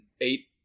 eight